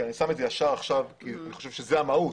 אני שם את זה ישר עכשיו כי אני חושב שזאת המהות.